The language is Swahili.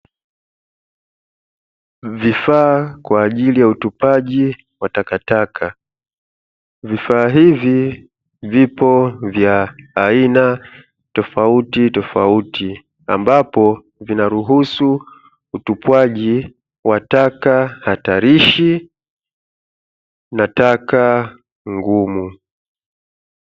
Vifaa kwa ajili utupaji wa takataka, vifaa hivi vipo vya aina tofautitofauti, ambapo vinaruhusu utupwaji wa taka hatarishi na taka ngumu.